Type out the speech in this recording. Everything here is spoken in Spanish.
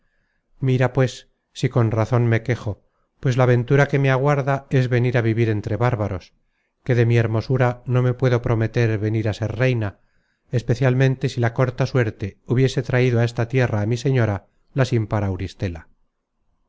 mira pues si con razon me quejo pues la ventura que me aguarda es venir á vivir entre bárbaros que de mi hermosura no me puedo prometer venir á ser reina especialmente si la corta suerte hubiese traido á esta tierra á mi señora la sin